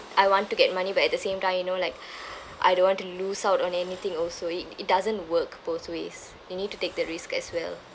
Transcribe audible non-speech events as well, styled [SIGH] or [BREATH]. I want to get money but at the same time you know like [BREATH] I don't want to lose out on anything also it it doesn't work both ways you need to take the risk as well